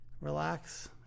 relax